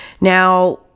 Now